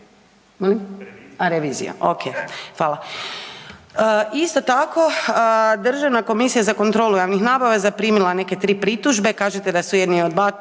revizija, oke. Fala. Isto tako Državna komisija za kontrolu javnih nabava je zaprimila neke tri pritužbe. Kažete da je jedna